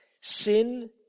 Sin